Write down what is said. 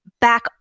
back